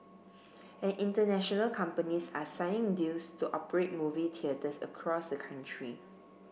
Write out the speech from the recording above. and international companies are signing deals to operate movie theatres across the country